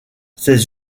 ces